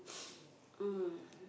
mm